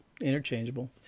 Interchangeable